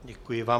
Děkuji vám.